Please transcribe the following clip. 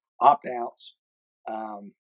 opt-outs